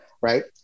Right